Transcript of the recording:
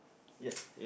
yes